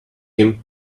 him